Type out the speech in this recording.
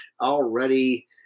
already